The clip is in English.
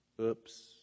oops